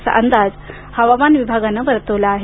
असाअंदाज हवामान विभागानं वर्तवला आहे